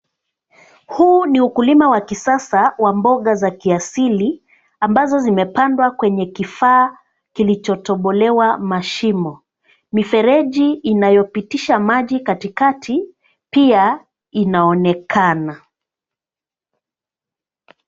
Huu ni ukulima wa kisasa wa mboga za kiasili ambazo zimepandwa kwenye kifaa kilichotobolewa mashimo. Mifereji inayopitisha maji katikati pia inaonekana.